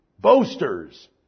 boasters